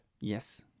Yes